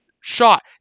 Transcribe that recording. Shot